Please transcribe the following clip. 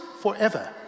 forever